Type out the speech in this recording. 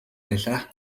байлаа